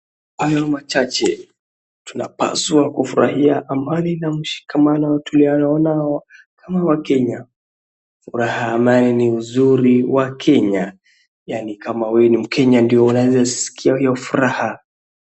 Kwa hayo machache tunapaswa kufurahia amani na mshikamano tulionao kama wakenya. Furaha ni uzuri wa Kenya yaani kama wewe ni mkenya ndio unaweza sikia hiyo furaha.